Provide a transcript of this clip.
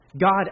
God